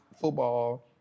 football